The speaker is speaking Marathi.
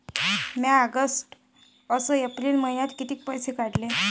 म्या ऑगस्ट अस एप्रिल मइन्यात कितीक पैसे काढले?